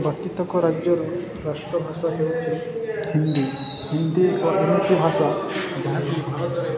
ବାକିତକ ରାଜ୍ୟରୁ ରାଷ୍ଟ୍ରଭାଷା ହେଉଛି ହିନ୍ଦୀ ହିନ୍ଦୀ ଏକ ଏମିତି ଭାଷା ଯାହାକି